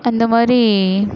அந்த மாதிரி